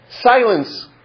silence